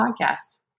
podcast